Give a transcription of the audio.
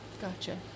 Gotcha